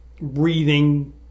breathing